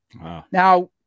Now